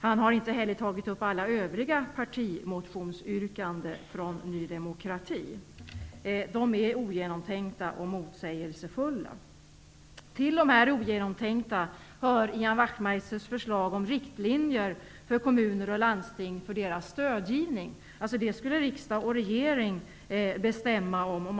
Han har heller inte tagit upp alla övriga partimotionsyrkanden från Ny demokrati. De är ogenomtänkta och motsägelsefulla. Till de ogenomtänkta förslagen hör Ian Wachtmeisters förslag om riktlinjer för stöd från kommuner och landsting. Det skulle riksdag och regering bestämma om.